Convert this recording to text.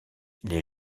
les